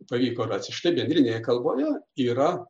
pavyko rasti štai bendrinėje kalboje yra